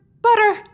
butter